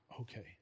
okay